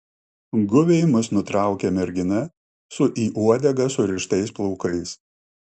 guviai mus nutraukia mergina su į uodegą surištais plaukais